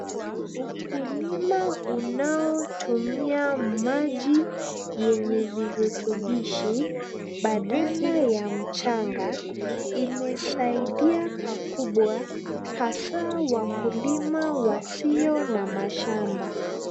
Ukulima unao tumia maji yenye virutubishi badala ya mchanga imesaidia pakubwa hasaa wakulima wasio na mashamba.